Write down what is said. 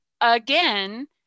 again